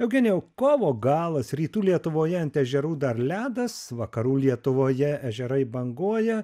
eugenijau kovo galas rytų lietuvoje ant ežerų dar ledas vakarų lietuvoje ežerai banguoja